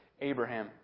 Abraham